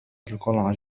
القلعة